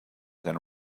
than